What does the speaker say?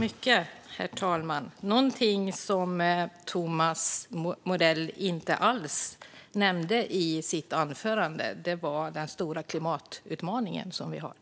Herr talman! Något som Thomas Morell inte alls nämnde i sitt anförande är den stora klimatutmaning som vi har,